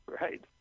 right